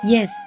Yes